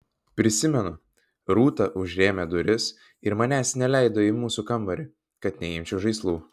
prisimenu rūta užrėmė duris ir manęs neleido į mūsų kambarį kad neimčiau žaislų